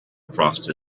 frost